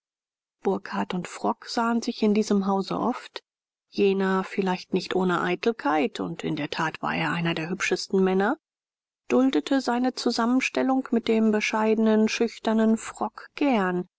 burkhardt und frock sahen sich in diesem hause oft jener vielleicht nicht ohne eitelkeit und in der tat war er einer der hübschesten männer duldete seine zusammenstellung mit dem bescheidenen schüchternen frock gern